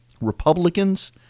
Republicans